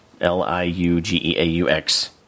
L-I-U-G-E-A-U-X